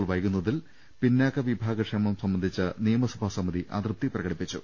കൾ വൈകുന്നതിൽ പിന്നാക്കവിഭാഗ ക്ഷേമം സംബന്ധിച്ച നിയമസഭാ സമിതി അതൃപ്തി പ്രകടിപ്പിച്ചു